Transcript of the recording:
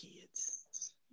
kids